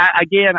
again